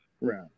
right